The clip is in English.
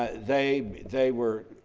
ah they they were